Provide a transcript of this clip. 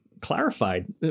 clarified